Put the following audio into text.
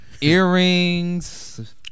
earrings